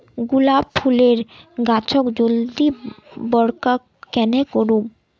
गुलाब फूलेर गाछोक जल्दी बड़का कन्हे करूम?